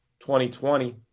2020